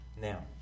Now